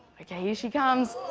okay. here she comes.